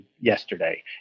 yesterday